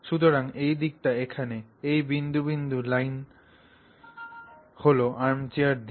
সুতরাং এই দিকটি এখানে এই বিন্দু বিন্দু লাইনট্ হল আর্মচেয়ার দিক